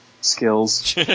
skills